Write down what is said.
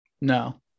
No